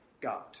God